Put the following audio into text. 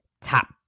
top